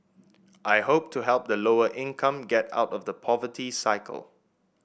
I hope to help the lower income get out of the poverty cycle